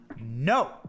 No